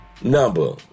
Number